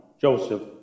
Joseph